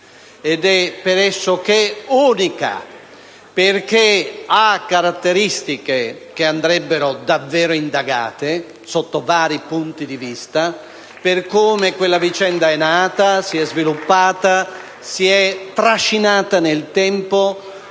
Ed è pressoché unica, perché ha caratteristiche che andrebbero davvero indagate, sotto vari punti di vista, per come quella vicenda è nata, si è sviluppata e si è trascinata nel tempo.